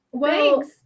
Thanks